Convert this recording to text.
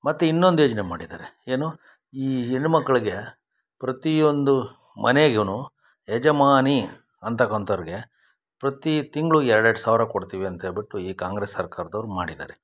ಮತ್ತು ಇನ್ನೊಂದು ಯೋಜನೆ ಮಾಡಿದ್ದಾರೆ ಏನು ಈ ಹೆಣ್ ಮಕ್ಕಳಿಗೆ ಪ್ರತಿಯೊಂದು ಮನೆಗು ಯಜಮಾನಿ ಅಂತಕ್ಕಂಥವ್ರಿಗೆ ಪ್ರತಿ ತಿಂಗಳು ಎರಡೆರಡು ಸಾವಿರ ಕೊಡ್ತೀವಿ ಅಂತೇಳಿಬಿಟ್ಟು ಈ ಕಾಂಗ್ರೆಸ್ ಸರ್ಕಾರ್ದವ್ರು ಮಾಡಿದ್ದಾರೆ